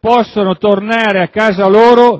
possono tornare